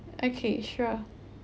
okay sure